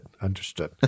Understood